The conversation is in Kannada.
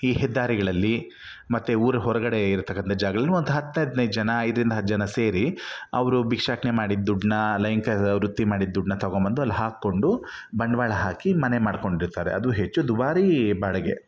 ಈ ಹೆದ್ದಾರಿಗಳಲ್ಲಿ ಮತ್ತೆ ಊರ ಹೊರಗಡೆ ಇರ್ತಕ್ಕಂಥ ಜಾಗಗಳ್ನ ಒಂದು ಹತ್ತು ಹದ್ನೈದು ಜನ ಐದರಿಂದ ಹತ್ತು ಜನ ಸೇರಿ ಅವರು ಭಿಕ್ಷಾಟನೆ ಮಾಡಿದ ದುಡ್ಡನ್ನ ಲೈಂಗಿಕ ವೃತ್ತಿ ಮಾಡಿದ ದುಡ್ಡನ್ನ ತೊಗೊಂಬಂದು ಅಲ್ಲಿ ಹಾಕೊಂಡು ಬಂಡವಾಳ ಹಾಕಿ ಮನೆ ಮಾಡ್ಕೊಂಡಿರ್ತಾರೆ ಅದು ಹೆಚ್ಚು ದುಬಾರಿ ಬಾಡಿಗೆ